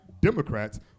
Democrats